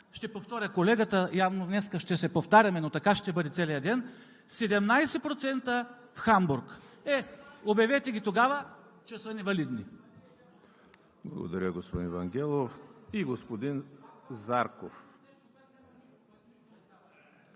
ще повторя колегата – явно днес ще се повтаряме, но така ще бъде целия ден: 17% в Хамбург. Е, обявете ги тогава, че са невалидни. ПРЕДСЕДАТЕЛ ЕМИЛ ХРИСТОВ: Благодаря, господин Вангелов. И господин Зарков.